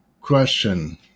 question